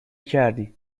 کردی